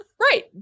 right